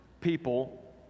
people